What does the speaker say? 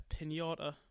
pinata